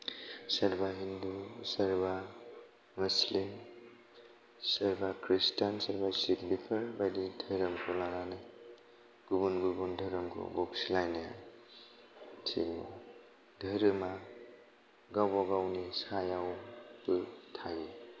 सोरबा हिंदु सोरबा मुसलिम सोरबा क्रिसतान सोरबा सिखनिफोर धोरोमखौ लानानै गुबुन गुबुन धोरोमखौ बखिलायनो थिग नंआ धोरोमा गावबागावनि सायावबो थायो